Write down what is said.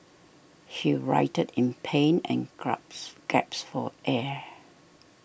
he writhed in pain and grabs gasped for air